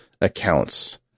accounts